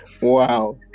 Wow